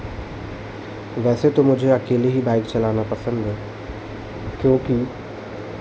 वैसे तो मुझे अकेले ही बाइक चलाना पसंद है क्योंकि